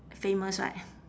famous right